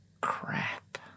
crap